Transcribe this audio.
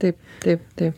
taip taip taip